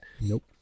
Nope